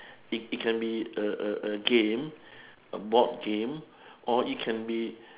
it it can be a a a game a board game or it can be